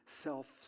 self